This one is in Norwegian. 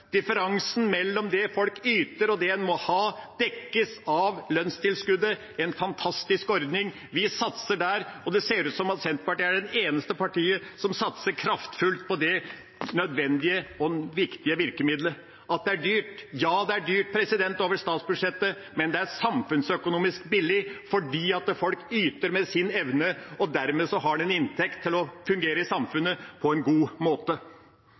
differansen mellom det folk yter, og det en må ha, dekkes av lønnstilskuddet – en fantastisk ordning. Vi satser der, og det ser ut til at Senterpartiet er det eneste partiet som satser kraftfullt på dette nødvendige og viktige virkemiddelet. At det er dyrt – ja, det er dyrt over statsbudsjettet, men det er samfunnsøkonomisk billig fordi folk yter etter sin evne og dermed har inntekt til å fungere i samfunnet på en god måte.